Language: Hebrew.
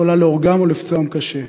יכולה להורגם או לפוצעם קשה.